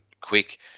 quick